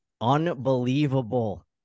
unbelievable